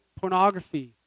Pornography